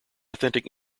authentic